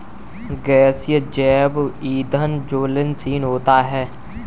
गैसीय जैव ईंधन ज्वलनशील होता है